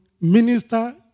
minister